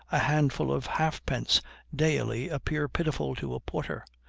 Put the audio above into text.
a handful of halfpence daily appear pitiful to a porter,